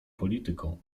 polityką